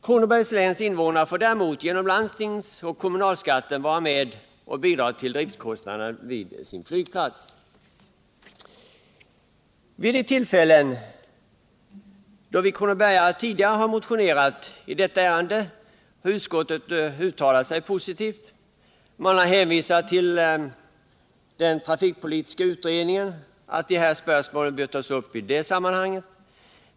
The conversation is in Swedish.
Kronobergs läns invånare får däremot genom landstingsoch kommunalskatten vara och med och bidra till driftkostnaderna vid sin flygplats. Vid de tillfällen då vi kronobergare tidigare har motionerat i detta ärende har utskottet uttalat sig positivt. Man har hänvisat till den trafikpolitiska utredningen och anfört att de här spörsmålen bör tas upp i det sammanhanget.